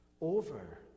over